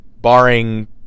barring